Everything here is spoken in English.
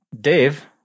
Dave